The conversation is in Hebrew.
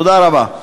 תודה רבה.